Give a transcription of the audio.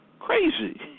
Crazy